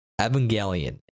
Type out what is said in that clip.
Evangelion